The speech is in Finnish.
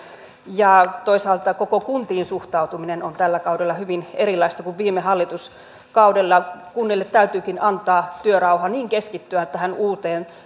ja toisaalta koko kuntiin suhtautuminen on tällä kaudella hyvin erilaista kuin viime hallituskaudella kunnille täytyykin antaa työrauha niin keskittyä tähän uuteen